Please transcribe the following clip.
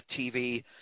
TV